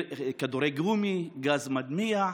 כדורי גומי, גז מדמיע,